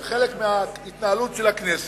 זה חלק מההתנהלות של הכנסת.